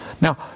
Now